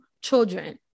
children